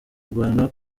kurwana